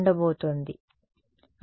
క్షమించండి